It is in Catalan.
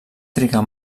trigar